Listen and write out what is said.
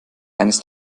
eines